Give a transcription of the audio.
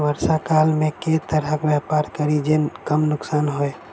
वर्षा काल मे केँ तरहक व्यापार करि जे कम नुकसान होइ?